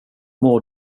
mår